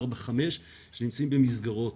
ארבע וחמש שנמצאים במסגרות